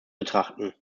betrachten